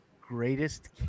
greatest